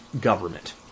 government